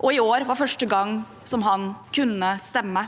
og i år var første gang han kunne stemme.